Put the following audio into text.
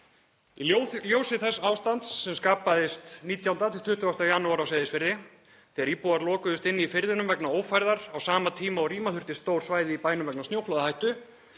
„Í ljósi þess ástands sem skapaðist 19.–20. janúar á Seyðisfirði, þegar íbúar lokuðust inni í firðinum vegna ófærðar á sama tíma og rýma þurfti stór svæði í bænum vegna snjóflóðahættu,